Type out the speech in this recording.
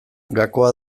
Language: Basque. gakoa